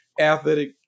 athletic